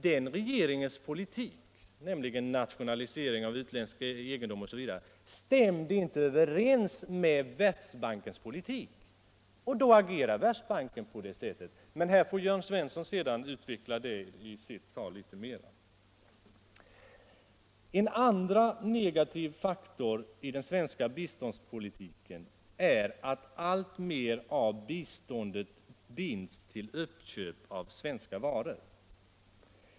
Den regeringens politik — nationalisering av utländsk egendom, osv. - stämde nämligen inte överens med Världsbankens intressen, och då agerade Världsbanken. En andra negativ faktor i den svenska biståndspolitiken är att alltmer av biståndet binds till uppköp av svenska varor.